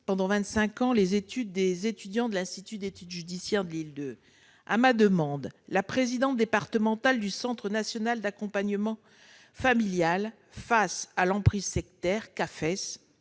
vingt-cinq ans les études des étudiants de l'Institut d'études judiciaires de Lille II. Sur ma demande, la présidente départementale du Centre national d'accompagnement familial face à l'emprise sectaire